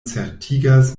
certigas